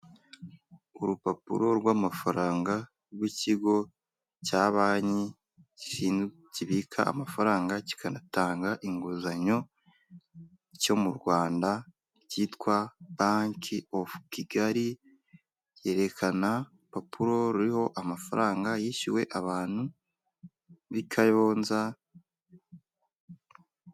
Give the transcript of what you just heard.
Urupapuro rw'amafaranga rw'ikigo cya banki kibika amafaranga kikanatanga inguzanyo cyo mu Rwanda cyitwa banki ofu kigali yerekana upapuro ruriho amafaranga yishyuwe abantu bi Kayonza.